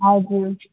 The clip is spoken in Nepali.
हजुर